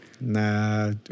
Nah